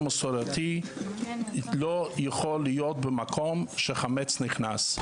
המאושפז המסורתי לא יכול להיות במקום שחמץ נכנס.